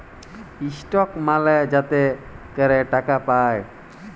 stock মালে যাতে ক্যরে টাকা পায়